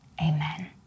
amen